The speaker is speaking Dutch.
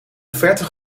offerte